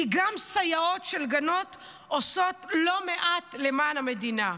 כי גם סייעות של גננות עושות לא מעט למען המדינה.